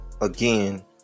again